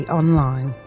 online